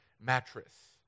mattress